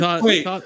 Wait